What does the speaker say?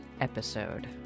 episode